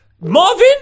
Marvin